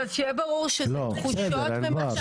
אתם יכולים להגיד מה שבא לכם להצדיק את ההתנהלות.